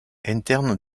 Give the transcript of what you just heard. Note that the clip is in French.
interne